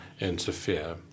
interfere